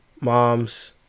moms